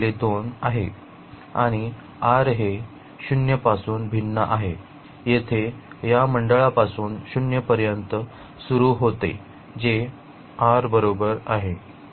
आणि r हे 0 पासून भिन्न आहे येथे या मंडळापासून 0 पर्यंत सुरू होते जे r बरोबर आहे